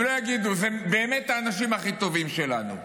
הם לא יגידו, אלה באמת האנשים הכי טובים שלנו.